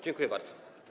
Dziękuję bardzo.